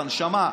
בנשמה,